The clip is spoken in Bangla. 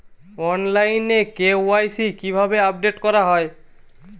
অনলাইনে কে.ওয়াই.সি কিভাবে আপডেট করা হয়?